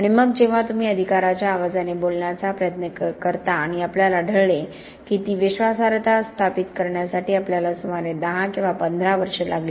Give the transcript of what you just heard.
आणि मग जेव्हा तुम्ही अधिकाराच्या आवाजाने बोलण्याचा प्रयत्न केला आणि आम्हाला आढळले की ती विश्वासार्हता स्थापित करण्यासाठी आपल्याला सुमारे 10 किंवा 15 वर्षे लागली